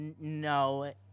no